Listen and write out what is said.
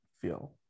feel